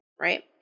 right